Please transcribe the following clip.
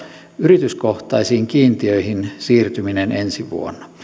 yrityskohtaisiin kiintiöihin siirtyminen ensi vuonna